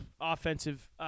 offensive